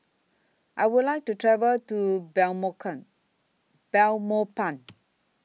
I Would like to travel to Belmopan